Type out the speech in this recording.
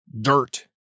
dirt